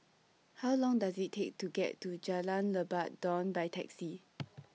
How Long Does IT Take to get to Jalan Lebat Daun By Taxi